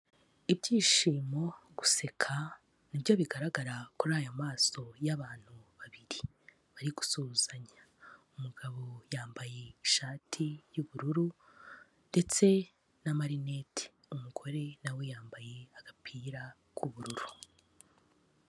Ibyishimo, guseka ni byo bigaragara kuri aya maso y'abantu babiri bari gusuhuzanya, umugabo yambaye ishati y'ubururu ndetse n'amarinete, umugore nawe yambaye agapira k'ubururu.